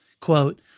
quote